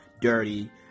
dirty